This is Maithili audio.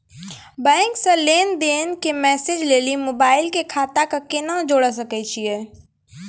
बैंक से लेंन देंन के मैसेज लेली मोबाइल के खाता के केना जोड़े सकय छियै?